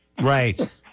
Right